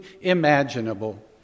imaginable